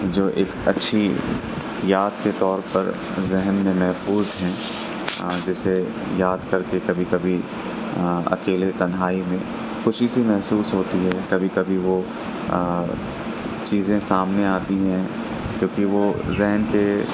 جو ایک اچھی یاد کے طور پر ذہن میں محفوظ ہیں جیسے یاد کر کے کبھی کبھی اکیلے تنہائی میں خوشی سی محسوس ہوتی ہے کبھی کبھی وہ چیزیں سامنے آتی ہیں کیونکہ وہ ذہن کے